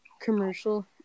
commercial